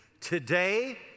today